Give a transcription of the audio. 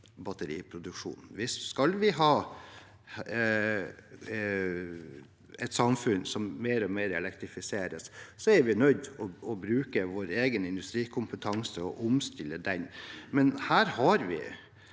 batteriproduksjon. Skal vi ha et samfunn som elektrifiseres mer og mer, er vi nødt til å bruke vår egen industrikompetanse og omstille den. Men her har vi